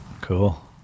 Cool